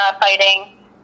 fighting